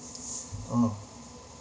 oh